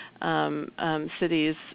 Cities